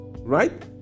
right